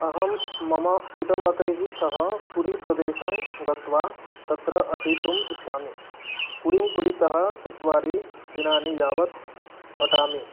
अहं मम कुटुम्बकैः सह पुरीप्रदेशं गत्वा तत्र अटितुम् इच्छामि पुरीं परितः चत्वारि दिनानि यावत् अटामि